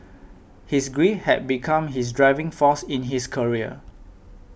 his grief had become his driving force in his career